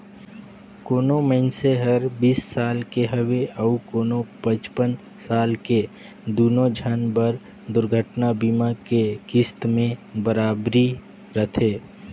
कोनो मइनसे हर बीस साल के हवे अऊ कोनो पचपन साल के दुनो झन बर दुरघटना बीमा के किस्त में बराबरी रथें